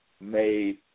made